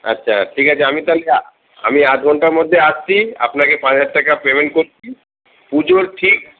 আচ্ছা ঠিক আছে আমি তাহলে আমি আধঘন্টার মধ্যে আসছি আপনাকে পাঁচ হাজার টাকা পেমেন্ট করছি পুজোর ঠিক